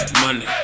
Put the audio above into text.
money